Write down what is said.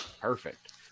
Perfect